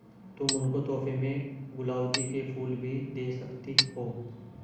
तुम उनको तोहफे में गुलाउदी के फूल भी दे सकती हो